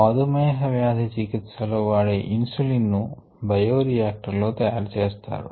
మధుమేహ వ్యాధి చికిత్స లో వాడే ఇన్సులిన్ ను బయోరియాక్టర్ లో తయారు చేస్తారు